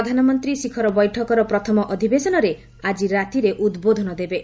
ପ୍ରଧାନମନ୍ତ୍ରୀ ଶିଖର ବୈଠକର ପ୍ରଥମ ଅଧିବେଶନରେ ଆଜି ରାତିରେ ଉଦ୍ବୋଧନ ଦେବେ